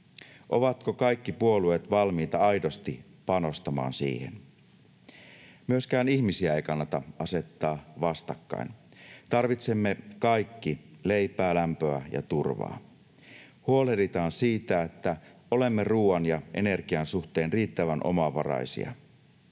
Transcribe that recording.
Ovatko kaikki puolueet valmiita aidosti panostamaan siihen? Myöskään ihmisiä ei kannata asettaa vastakkain. Tarvitsemme kaikki leipää, lämpöä ja turvaa. Huolehditaan siitä, että olemme ruuan ja energian suhteen riittävän omavaraisia.